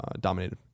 dominated